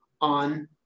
on